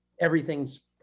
Everything's